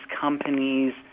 companies